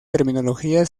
terminología